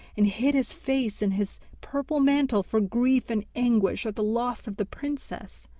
and hid his face in his purple mantle for grief and anguish at the loss of the princess.